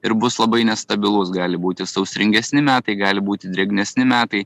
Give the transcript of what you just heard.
ir bus labai nestabilus gali būti sausringesni metai gali būti drėgnesni metai